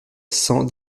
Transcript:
cent